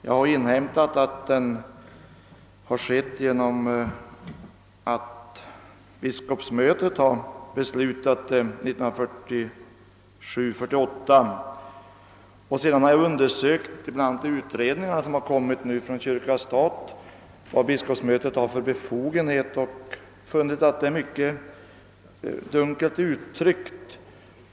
Jag har inhämtat att den har skett genom att biskopsmötet 1947—1948 beslutat härom. Sedan har jag i utredningsmaterialet från Kyrka—stat undersökt vilka befogenheter biskopsmötet har.